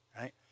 right